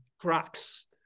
cracks